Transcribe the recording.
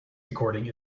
recording